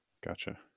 gotcha